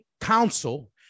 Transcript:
council